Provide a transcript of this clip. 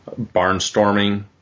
Barnstorming